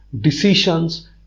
decisions